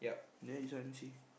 there this one see